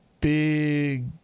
big